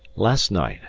last night,